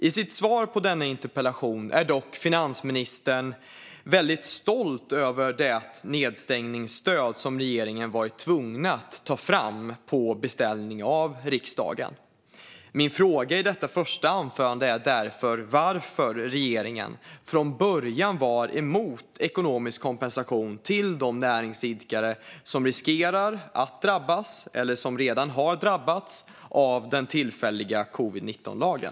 I sitt svar på denna interpellation är dock finansministern väldigt stolt över det nedstängningsstöd som regeringen varit tvungen att ta fram på beställning av riksdagen. Min fråga i detta första anförande är därför varför regeringen från början var emot ekonomisk kompensation till de näringsidkare som riskerar att drabbas eller som redan har drabbats av den tillfälliga covid-19-lagen.